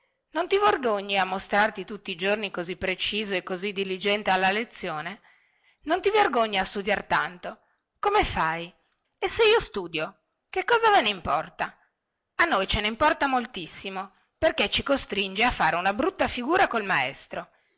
non ti vergogni a mostrarti tutti i giorni così preciso e così diligente alle lezioni non ti vergogni a studiar tanto come fai e se io studio che cosa ve ne importa a noi ce ne importa moltissimo perché ci costringi a fare una brutta figura col maestro